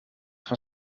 van